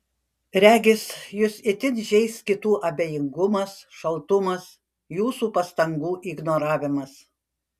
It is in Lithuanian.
regis jus itin žeis kitų abejingumas šaltumas jūsų pastangų ignoravimas